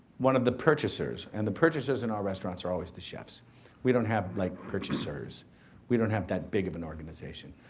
one of the purchasers and the purchasers in our restaurants are always the chefs we don't have like purchasers we don't have that big of an organization.